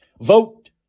Vote